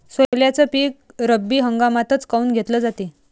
सोल्याचं पीक रब्बी हंगामातच काऊन घेतलं जाते?